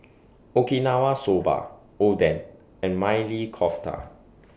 Okinawa Soba Oden and Maili Kofta